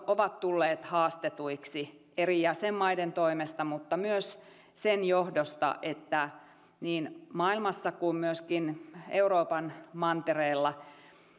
ovat tulleet haastetuiksi eri jäsenmaiden toimesta mutta myös sen johdosta että niin maailmassa kuin myöskin euroopan mantereella